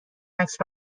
عکس